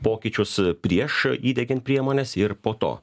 pokyčius prieš įdiegiant priemones ir po to